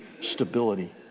stability